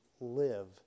live